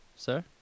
Sir